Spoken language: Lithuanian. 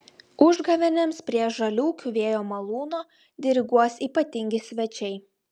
užgavėnėms prie žaliūkių vėjo malūno diriguos ypatingi svečiai